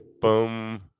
boom